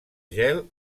gel